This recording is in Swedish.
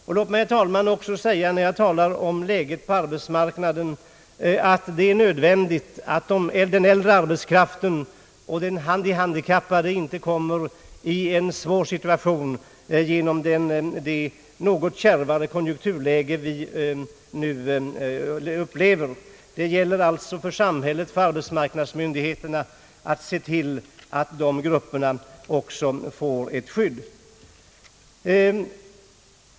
Låt mig, herr talman, också på tal om läget på arbetsmarknaden säga att det är nödvändigt att den äldre arbetskraften och de handikappade inte kommer i en svårare situation genom det något kärvare konjunkturläge vi nu upplever. Det gäller alltså för samhället och för arbetsmarknadsmyndigheterna att se till att de grupperna också får ett skydd.